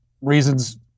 reasons